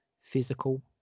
physical